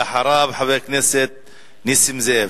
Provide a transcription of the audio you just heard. ואחריו, חבר הכנסת נסים זאב.